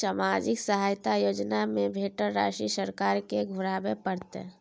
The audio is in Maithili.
सामाजिक सहायता योजना में भेटल राशि सरकार के घुराबै परतै?